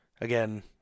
again